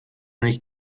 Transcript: nicht